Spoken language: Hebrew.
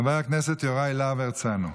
חבר הכנסת יוראי להב הרצנו,